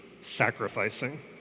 Sacrificing